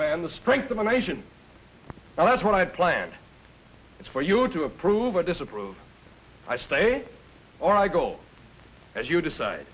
man the strength of a nation and that's what i plan is for you to approve or disapprove i stay or i go as you decide